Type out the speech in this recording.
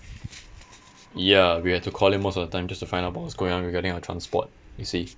ya we had to call him most of the time just to find out what was going on regarding our transport you see